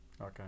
Okay